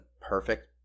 perfect